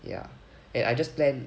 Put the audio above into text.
ya and I just plan